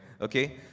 Okay